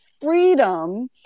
freedom